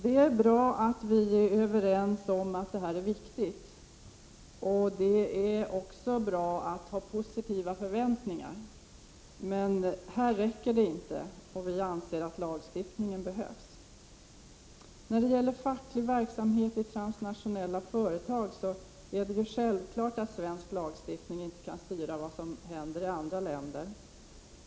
Det är bra att vi är överens om att det är viktigt. Det är också bra att ha positiva förväntningar, men här räcker det inte, utan vi anser att lagstiftning behövs. När det gäller facklig verksamhet i transnationella företag är det självklart att svensk lagstiftning inte kan styra vad som händer i andra länder.